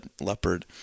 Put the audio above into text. leopard